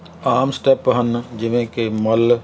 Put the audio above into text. ਆਮ step ਹਨ ਜਿਵੇਂ ਕਿ ਮੱਲ